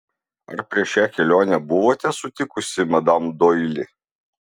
ar prieš šią kelionę buvote sutikusi madam doili